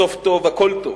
סוף טוב הכול טוב.